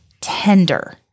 tender